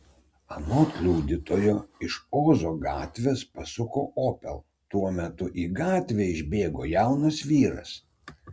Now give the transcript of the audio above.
anot liudytojo iš ozo gatvės pasuko opel tuo metu į gatvę išbėgo jaunas vyras